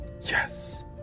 Yes